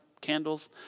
candles